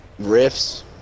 Riffs